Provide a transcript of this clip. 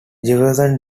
jefferson